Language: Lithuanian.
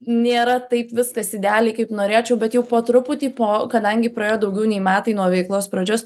nėra taip viskas idealiai kaip norėčiau bet jau po truputį po kadangi praėjo daugiau nei metai nuo veiklos pradžios